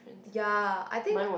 ya I think